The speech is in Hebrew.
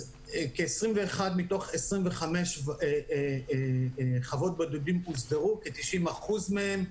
כ-21 מתוך 25 חוות בודדים הוסדרו, כ-90% מהן.